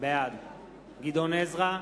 בעד גדעון עזרא,